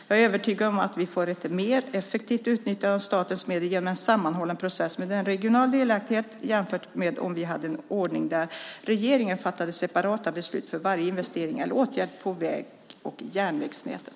Jag är övertygad om att vi får ett mer effektivt utnyttjande av statens medel genom en sammanhållen process, med regional delaktighet jämfört med om vi hade en ordning där regeringen fattade separata beslut för varje investering eller åtgärd på väg och järnvägsnäten.